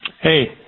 Hey